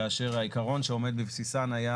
כאשר העיקרון שעומד בבסיסן היה,